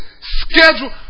schedule